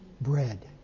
bread